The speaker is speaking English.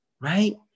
Right